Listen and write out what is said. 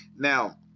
now